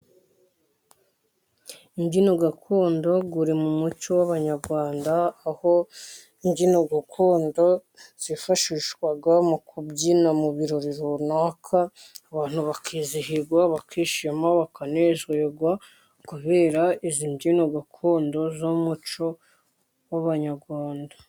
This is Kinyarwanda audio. Imbyino gakondo iri mu muco w'abanyarwanda, aho imbyino gakondo zifashishwaga mu kubyina mu birori runaka, abantu bakizihirwa, bakishima bakanezerwa, kubera izi mbyino gakondo z'umuco w'abanyarwanda.